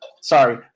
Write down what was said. Sorry